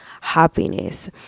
happiness